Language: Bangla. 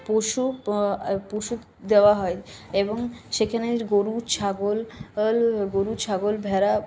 পশু পশু দেওয়া হয় এবং সেখানের গরু ছাগল গরু ছাগল ভেড়া